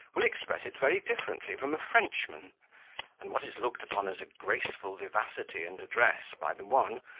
will express it very differently from a frenchman and what is looked upon as graceful vivacity and address by the one,